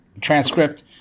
transcript